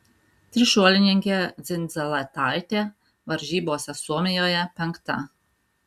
trišuolininkė dzindzaletaitė varžybose suomijoje penkta